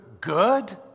good